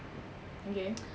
okay